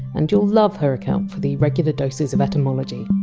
and you! ll love her account for the regular doses of etymology.